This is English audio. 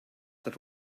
that